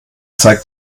zeigt